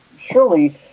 surely